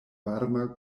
varma